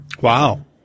Wow